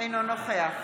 אינו נוכח